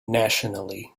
nationally